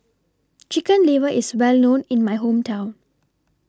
Chicken Liver IS Well known in My Hometown